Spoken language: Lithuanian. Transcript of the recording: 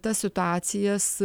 tas situacijas